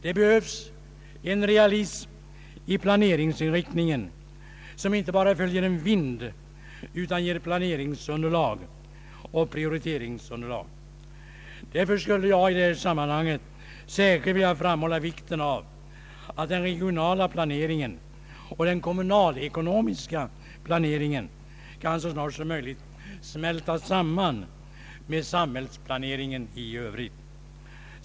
Det behövs en realism i planeringsinriktningen, som inte bara följer en vind utan ger planeringsunderlag och Pprioritetsunderlag. Därför skulle jag i det här sammanhanget särskilt vilja framhålla vikten av att den regionala planeringen och den kommunalekonomiska planeringen så snart som möjligt kan smälta samman med samhällsplaneringen i övrigt.